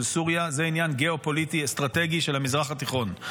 זה עניין גיאופוליטי-אסטרטגי של המזרח התיכון.